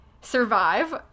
survive